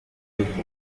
tegeko